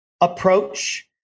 approach